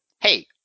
hey